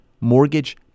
mortgage